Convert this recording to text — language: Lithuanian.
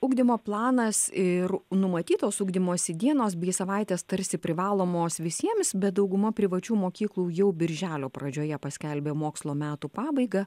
ugdymo planas ir numatytos ugdymosi dienos bei savaitės tarsi privalomos visiems bet dauguma privačių mokyklų jau birželio pradžioje paskelbė mokslo metų pabaigą